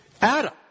Adam